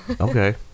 Okay